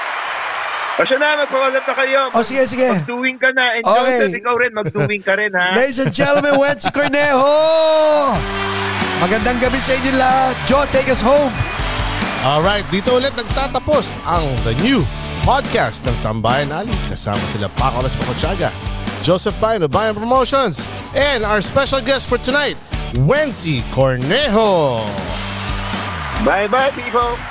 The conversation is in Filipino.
Kasyan na, magpapalapit na kayo. Oh, Mag- sige, sige. magduwing ka na. Enjoy, Okay. Joseph, ikaw rin. Magduwing ka rin, ha? Ladies and gentlemen, Wency Cornejo! Magandang gabi sa inyo lahat. Joe, take us home. All right, dito ulit nagtatapos ang The New Podcast ng Tambayan Ali. Kasama sila Paco Alas Pakotsyaga, Joseph Bayon ng Bayon Promotions, and our special guest for tonight, Wency Cornejo. Bye-bye, people.